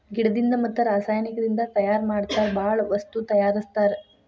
ಗಿಡದಿಂದ ಮತ್ತ ರಸಾಯನಿಕದಿಂದ ತಯಾರ ಮಾಡತಾರ ಬಾಳ ವಸ್ತು ತಯಾರಸ್ತಾರ